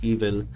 Evil